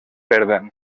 perden